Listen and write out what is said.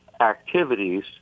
activities